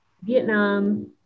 Vietnam